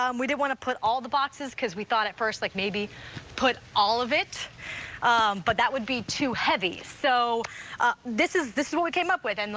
um we didn't want to put all the boxes because we thought at first like maybe put all of it but that would be too heavy. so this is this is what we came up with. and